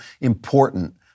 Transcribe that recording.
important